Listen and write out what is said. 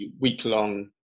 Week-long